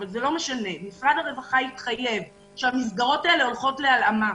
אבל זה לא משנה משרד הרווחה התחייב שהמסגרות האלה הולכות להלאמה,